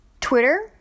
Twitter